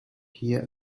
hear